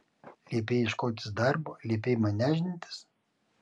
liepei ieškotis darbo liepei man nešdintis